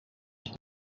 leur